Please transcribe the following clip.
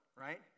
right